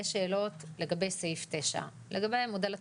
שאלות לגבי סעיף 9. לגבי מודל התקצוב.